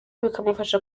bikamufasha